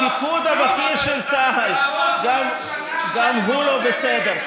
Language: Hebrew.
הפיקוד הבכיר של צה"ל גם הוא לא בסדר.